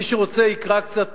מי שרוצה יקרא קצת